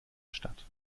statt